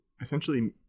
essentially